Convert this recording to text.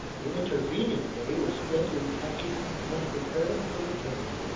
the intervening day was spent in packing and preparing for the journey,